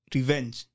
Revenge